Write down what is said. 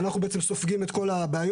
אנחנו בעצם סופגים את כל הבעיות,